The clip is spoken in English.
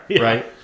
Right